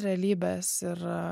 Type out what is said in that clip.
realybės ir